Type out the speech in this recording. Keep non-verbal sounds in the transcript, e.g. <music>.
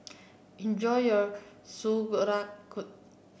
enjoy your <unintelligible>